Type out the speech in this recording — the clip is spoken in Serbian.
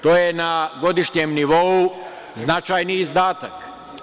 To je na godišnjem nivou značajni izdatak.